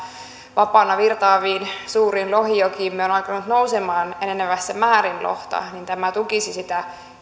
vapaana virtaaviin suuriin lohijokiimme on alkanut nousemaan enenevässä määrin lohta tämä tukisi sitä